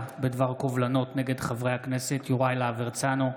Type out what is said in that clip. בדבר קובלנות נגד חברי הכנסת יוראי להב הרצנו,